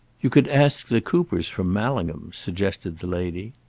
you could ask the coopers from mallingham, suggested the lady.